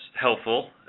helpful